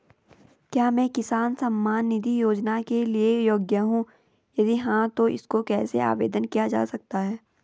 क्या मैं किसान सम्मान निधि योजना के लिए योग्य हूँ यदि हाँ तो इसको कैसे आवेदन किया जा सकता है?